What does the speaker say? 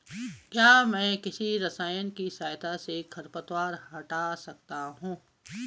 क्या मैं किसी रसायन के सहायता से खरपतवार हटा सकता हूँ?